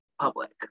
public